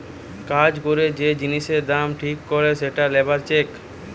কাজ করে যে জিনিসের দাম ঠিক করে সেটা লেবার চেক